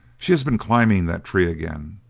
she has been climbing that tree again.